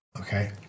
okay